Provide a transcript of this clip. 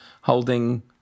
holding